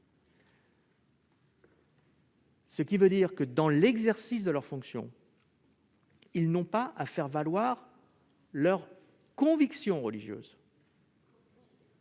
ce qui signifie que, dans l'exercice de leurs fonctions, ils n'ont pas à faire valoir leurs convictions religieuses.